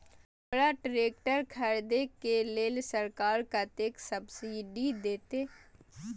हमरा ट्रैक्टर खरदे के लेल सरकार कतेक सब्सीडी देते?